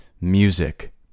music